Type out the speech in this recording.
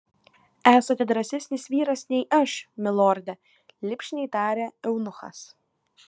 esate drąsesnis vyras nei aš milorde lipšniai tarė eunuchas